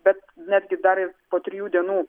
bet netgi dar ir po trijų dienų